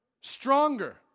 Stronger